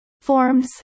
Forms